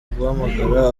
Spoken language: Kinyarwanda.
guhamagara